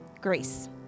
Grace